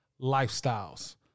Lifestyles